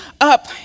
up